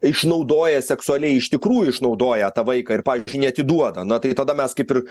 išnaudoja seksualiai iš tikrųjų išnaudoja tą vaiką ir pavyzdžiui neatiduoda na tai tada mes kaip ir